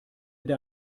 der